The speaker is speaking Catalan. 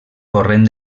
corrent